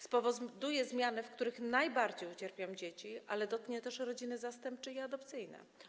Spowoduje to zmiany, na których najbardziej ucierpią dzieci, ale dotknie też rodziny zastępcze i adopcyjne.